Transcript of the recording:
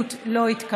ההסתייגות לא התקבלה.